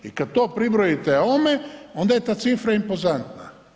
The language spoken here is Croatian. I kad to pribrojite ovome, onda je ta cifra impozantna.